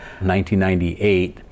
1998